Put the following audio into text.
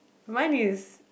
mine is